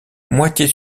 moitié